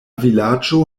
vilaĝo